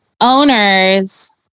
owners